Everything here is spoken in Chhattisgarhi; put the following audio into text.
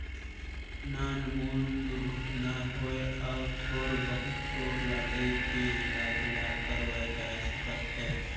नानमुन दुरघटना होए अउ थोर बहुत चोट लागे के इलाज ल करवाए जा सकत हे